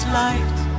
light